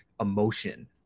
emotion